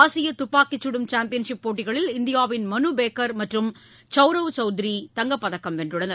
ஆசிய துப்பாக்கிச் கடும் சேம்பியன்ஷிப் போட்டியில் இந்தியாவின் மனுபேக்கர் மற்றும் சவ்ரவ் சௌத்ரி தங்கப்பதக்கம் வென்றுள்னனர்